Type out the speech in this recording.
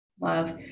love